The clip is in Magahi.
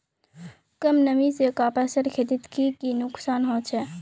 कम नमी से कपासेर खेतीत की की नुकसान छे?